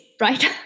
right